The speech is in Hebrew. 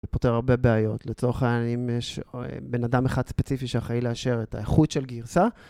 זה פותר הרבה בעיות לצורך העניין אם יש בן אדם אחד ספציפי שאחראי לאשר את האיכות של גירסה.